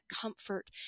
comfort